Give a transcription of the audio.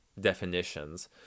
definitions